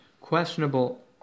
questionable